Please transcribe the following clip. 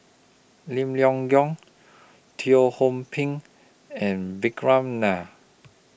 Lim Leong Geok Teo Ho Pin and Vikram Nair